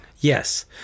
Yes